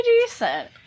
decent